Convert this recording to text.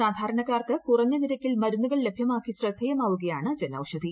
സാധാരണക്കാർക്ക് കുറഞ്ഞ നിരക്കിൽ മരുന്നുകൾ ലഭൃമാക്കി ശ്രദ്ധേയമാവുകയാണ് ജൻ ഔഷധി